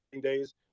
days